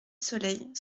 soleil